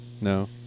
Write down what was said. No